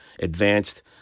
advanced